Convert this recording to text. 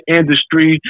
industry